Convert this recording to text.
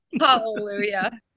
Hallelujah